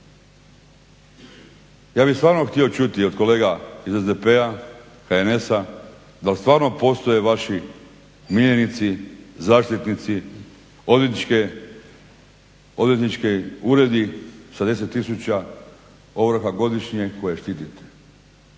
Ja bih stvarno htio čuti i od kolega iz SDP-a, HNS-a da li stvarno postoje vaši miljenici, zaštitnici, odvjetnički uredi sa 10000 ovrha godišnje koje štitite.